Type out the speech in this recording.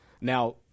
Now